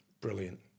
Brilliant